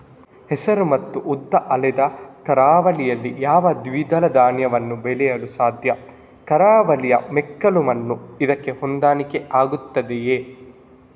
ಹೆಸರು ಮತ್ತು ಉದ್ದು ಅಲ್ಲದೆ ಕರಾವಳಿಯಲ್ಲಿ ಯಾವ ದ್ವಿದಳ ಧಾನ್ಯವನ್ನು ಬೆಳೆಯಲು ಸಾಧ್ಯ? ಕರಾವಳಿಯ ಮೆಕ್ಕಲು ಮಣ್ಣು ಇದಕ್ಕೆ ಹೊಂದಾಣಿಕೆ ಆಗುತ್ತದೆಯೇ?